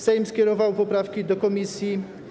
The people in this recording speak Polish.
Sejm skierował poprawki do komisji.